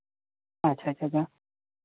अच्छा अच्छा अच्छा अच्छा